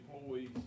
employees